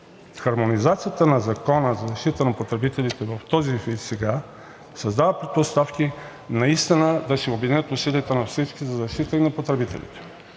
хармонизацията на Закона за защита на потребителите в този вид сега създава предпоставки наистина да се обединят усилията на всички за защита на потребителите.